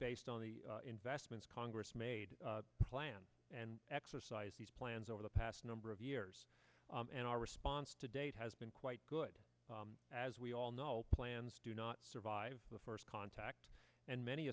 based on the investments congress made plan and exercise these plans over the past number of years and our response to date has been quite good as we all know plans do not survive the first contact and many